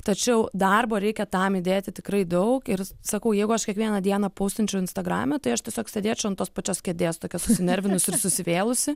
tačiau darbo reikia tam įdėti tikrai daug ir sakau jeigu aš kiekvieną dieną poustinčiau instagrame tai aš tiesiog sėdėčiau ant tos pačios kėdės tokia susinervinusi ir susivėlusi